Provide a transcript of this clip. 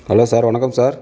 hello sir வணக்கம் sir